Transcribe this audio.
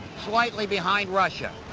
slightly behind russia.